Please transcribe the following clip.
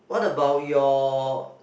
what about your